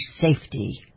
safety